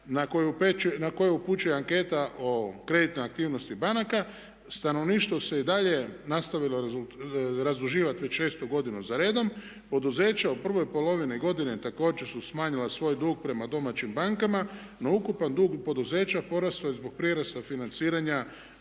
na koje upućuje anketa o kreditnoj aktivnosti banaka. Stanovništvo se i dalje nastavilo razduživati već šestu godinu zaredom. Poduzeća u prvoj polovini godine također su smanjila svoj dug prema domaćim bankama no ukupan dug poduzeća porastao je zbog prirasta financiranja